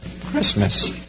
Christmas